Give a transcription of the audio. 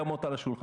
למה לא תקום?